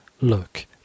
look